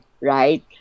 right